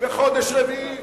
וחודש רביעי,